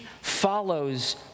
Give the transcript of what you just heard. follows